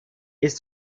ist